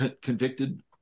convicted